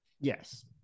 Yes